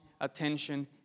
attention